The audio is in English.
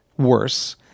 Worse